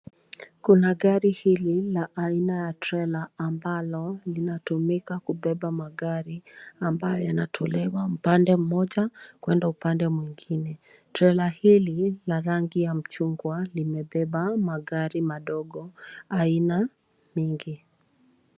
Kuna gari hili la aina ya trela ambalo linatumika kubeba magari ambayo yanatolewa upande mmoja kuenda upande mwingine. Trela hili la rangi ya mchungwa limebeba magari madogo aina mingi.